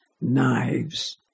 knives